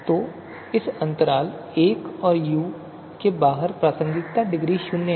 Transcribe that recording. तो इस अंतराल l और u के बाहर प्रासंगिकता डिग्री शून्य है